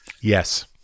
Yes